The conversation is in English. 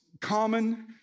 common